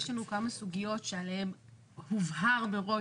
יש לנו כמה סוגיות שעליהן הובהר מראש